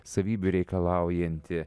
savybių reikalaujanti